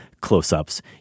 close-ups